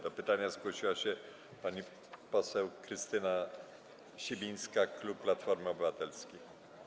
Do pytania zgłosiła się pani poseł Krystyna Sibińska, klub Platformy Obywatelskiej.